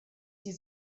die